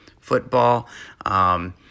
football